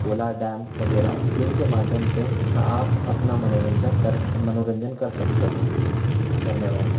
Cola dam वगैरह जिनके माध्यम से हाँ आप अपना मनोरंजक कर मनोरंजन कर सकते हैं धन्यवाद